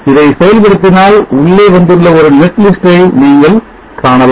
இதை செயல்படுத்தினால் உள்ளே வந்துள்ள ஒரு net list ஐ நீங்கள் காணலாம்